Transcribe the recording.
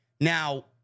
Now